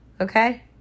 Okay